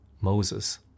Moses